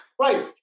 Right